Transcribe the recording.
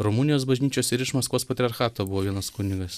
rumunijos bažnyčios ir iš maskvos patriarchato buvo vienas kunigas